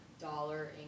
dollar